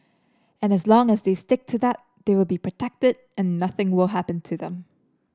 and as long as they stick to that they will be protected and nothing will happen to them